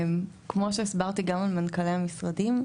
כמו שהסברתי גם למנכ״לי המשרדים,